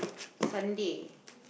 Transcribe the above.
Sunday